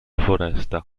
foresta